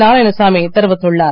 நாராயணசாமி தெரிவித்துள்ளார்